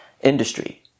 industry